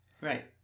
right